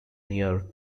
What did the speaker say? near